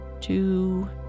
two